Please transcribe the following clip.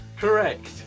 Correct